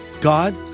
God